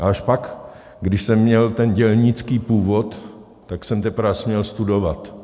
Až pak, když jsem měl ten dělnický původ, tak jsem teprve směl studovat.